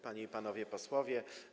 Panie i Panowie Posłowie!